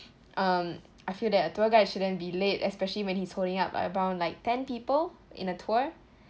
um I feel that a tour guide shouldn't be late especially when he's holding up like about like ten people in a tour